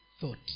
thought